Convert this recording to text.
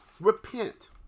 repent